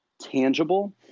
tangible